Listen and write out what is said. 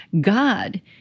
God